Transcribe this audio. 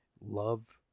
love